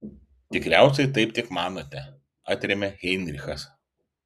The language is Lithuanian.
tikriausiai taip tik manote atrėmė heinrichas